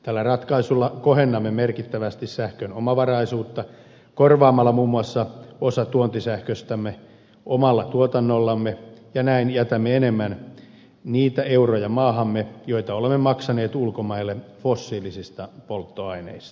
tällä ratkaisulla kohennamme merkittävästi sähkön omavaraisuutta korvaamalla muun muassa osan tuontisähköstämme omalla tuotannollamme ja näin jätämme enemmän niitä euroja maahamme joita olemme maksaneet ulkomaille fossiilisista polttoaineista